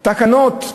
תקנות,